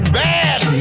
bad